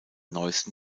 neuesten